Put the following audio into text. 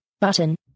button